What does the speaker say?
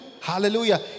Hallelujah